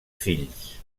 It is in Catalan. fills